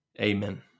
Amen